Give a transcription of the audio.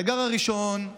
האתגר הראשון הוא